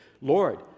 Lord